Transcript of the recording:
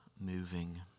moving